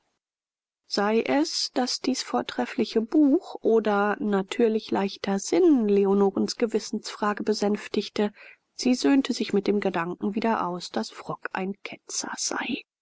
sei es daß dies vortreffliche buch oder natürlich leichter sinn leonorens gewissensfrage besänftigte sie söhnte sich mit dem gedanken wieder aus daß frock ein ketzer sei